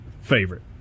favorite